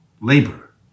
labor